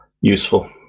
useful